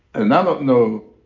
and i don't know.